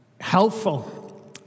helpful